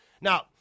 now